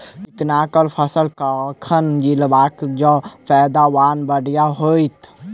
चिकना कऽ फसल कखन गिरैब जँ पैदावार बढ़िया होइत?